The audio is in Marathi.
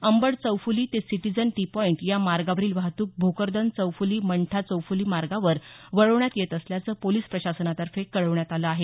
अंबड चौफूली ते सिटीजन टी पॉईंट या मार्गावरील वाहतूक भोकरदन चौफूली मंठा चौफूली मार्गावर वळवण्यात येत असल्याचं पोलीस प्रशासनातर्फे कळवण्यात आलं आहे